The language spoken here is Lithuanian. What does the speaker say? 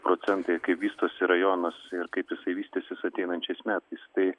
procentai kaip vystosi rajonas ir kaip jisai vystysis ateinančiais metais tai